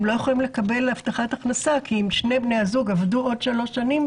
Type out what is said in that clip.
הם לא יכולים לקבל הבטחת הכנסה כי אם שני בני הזוג עבדו עוד שלוש שנים,